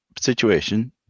situation